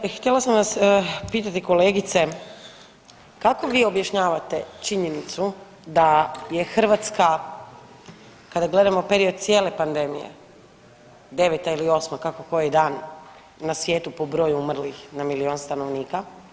Dakle, htjela sam vas pitati, kolegice, kako vi objašnjavate činjenicu da je Hrvatska, kada gledamo period cijele pandemije, 9. ili 8., kako koji dan na svijetu po broju umrlih na milijun stanovnika?